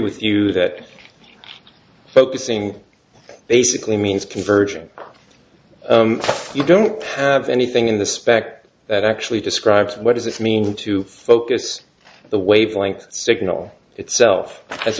with you that focusing basically means convergent you don't have anything in the spec that actually describes what does it mean to focus the wavelength signal itself as